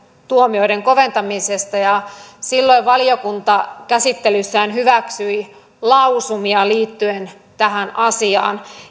tuomioiden koventamisesta ja silloin valiokunta käsittelyssään hyväksyi lausumia liittyen tähän asiaan